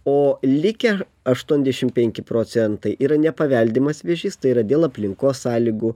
o likę aštuoniasdešim penki procentai yra nepaveldimas vėžys tai yra dėl aplinkos sąlygų